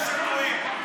קורה שטועים.